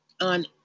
on